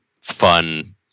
fun